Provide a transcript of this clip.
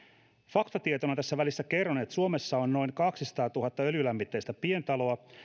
faktatietona tässä välissä kerron että suomessa on noin kaksisataatuhatta öljylämmitteistä pientaloa